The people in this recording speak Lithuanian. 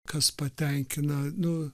kas patenkina nu